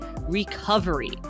recovery